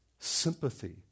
sympathy